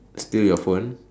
still your phone